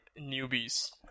newbies